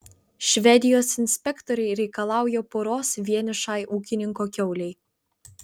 švedijos inspektoriai reikalauja poros vienišai ūkininko kiaulei